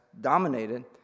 dominated